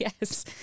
Yes